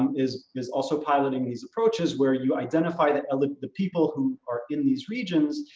is is also piloting these approaches where you identify the like the people who are in these regions,